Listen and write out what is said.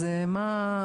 אז מה,